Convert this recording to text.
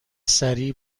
سریع